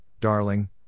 Darling